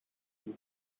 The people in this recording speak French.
vous